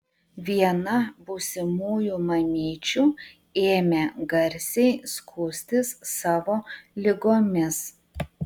viena būsimųjų mamyčių ėmė garsiai skųstis savo ligomis